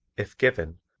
if given,